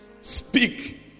Speak